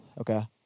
Okay